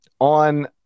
on